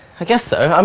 i guess so. um